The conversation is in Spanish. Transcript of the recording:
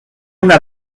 una